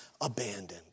abandoned